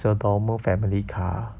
it's a normal family car